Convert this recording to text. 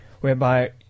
whereby